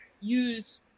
use